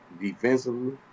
defensively